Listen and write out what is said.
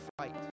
fight